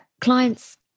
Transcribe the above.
clients